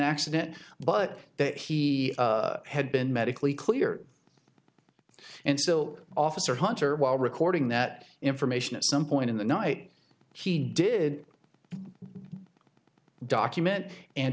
ccident but that he had been medically cleared and still officer hunter while recording that information at some point in the night he did document and